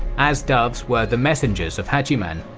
as doves were the messengers of hachiman,